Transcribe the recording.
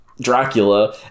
Dracula